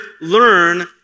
learn